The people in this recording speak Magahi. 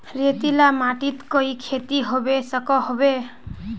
रेतीला माटित कोई खेती होबे सकोहो होबे?